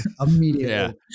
immediately